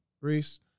Reese